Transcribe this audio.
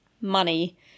money